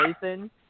Jason